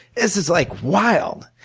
this is like wild.